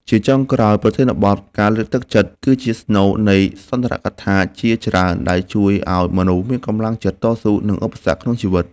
ជាចុងក្រោយ ប្រធានបទ ការលើកទឹកចិត្ត គឺជាស្នូលនៃសន្ទរកថាជាច្រើន ដែលជួយឱ្យមនុស្សមានកម្លាំងចិត្តតស៊ូនឹងឧបសគ្គក្នុងជីវិត។